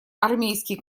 армейский